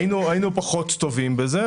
היינו פחות טובים בזה.